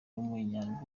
w’umunya